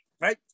right